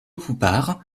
poupart